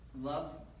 love